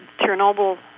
Chernobyl